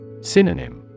Synonym